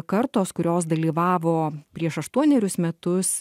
kartos kurios dalyvavo prieš aštuonerius metus